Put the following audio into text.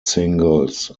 singles